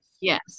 Yes